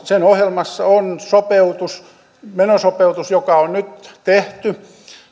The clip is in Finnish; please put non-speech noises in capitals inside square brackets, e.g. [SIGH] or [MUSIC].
[UNINTELLIGIBLE] sen ohjelmassa on menosopeutus menosopeutus joka on nyt tehty